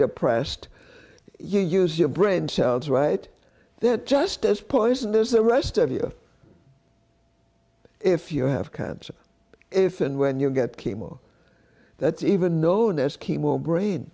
depressed you use your brain cells right there just as poisonous the rest of you if you have cancer if and when you get chemo that's even known as chemo brain